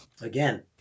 Again